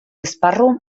esparru